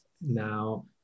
now